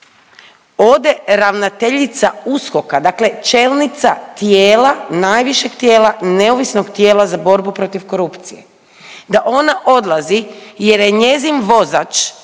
ode ravnateljica USKOK-a, dakle čelnica tijela, najvišeg tijela, neovisnog tijela za borbu protiv korupcije, da ona odlazi jer je njezin vozač